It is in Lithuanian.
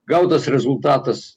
gautas rezultatas